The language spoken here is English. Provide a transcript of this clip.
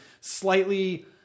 slightly